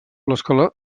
l’escola